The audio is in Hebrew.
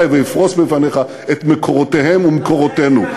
ואפרוס בפנייך את מקורותיהם ומקורותינו.